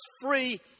free